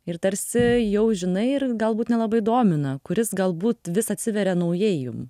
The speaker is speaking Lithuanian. ir tarsi jau žinai ir galbūt nelabai domina kuris galbūt vis atsiveria naujai jum